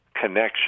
connection